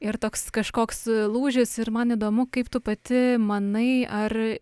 ir toks kažkoks lūžis ir man įdomu kaip tu pati manai ar